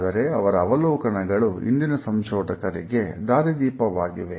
ಆದರೆ ಅವರ ಅವಲೋಕನಗಳು ಇಂದಿನ ಸಂಶೋಧಕರಿಗೆ ದಾರಿದೀಪವಾಗಿದೆ